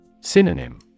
Synonym